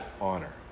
honor